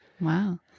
Wow